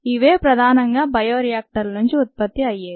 ఇవే ప్రధానంగా బయో రియాక్టర్ల నుంచి ఉత్పత్తి అయ్యేవి